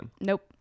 Nope